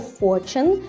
fortune